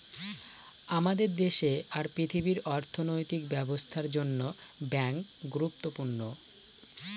আমাদের দেশে আর পৃথিবীর অর্থনৈতিক ব্যবস্থার জন্য ব্যাঙ্ক গুরুত্বপূর্ণ